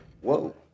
Whoa